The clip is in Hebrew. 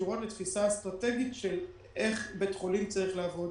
שקשורות לתפיסה אסטרטגית של איך בית חולים צריך לעבוד